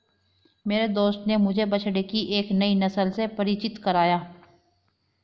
मेरे दोस्त ने मुझे बछड़े की एक नई नस्ल से परिचित कराया